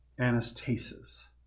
anastasis